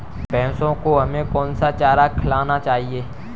भैंसों को हमें कौन सा चारा खिलाना चाहिए?